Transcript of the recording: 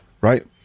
right